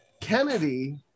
Kennedy